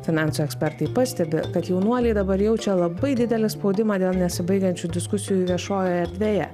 finansų ekspertai pastebi kad jaunuoliai dabar jaučia labai didelį spaudimą dėl nesibaigiančių diskusijų viešojoje erdvėje